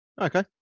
Okay